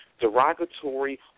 derogatory